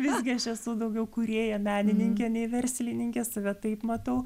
visgi aš esu daugiau kūrėja menininkė nei verslininkė save taip matau